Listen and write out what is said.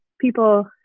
people